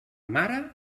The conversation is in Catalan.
mare